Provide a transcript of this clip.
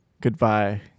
Goodbye